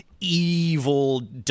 evil